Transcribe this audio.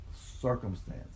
circumstance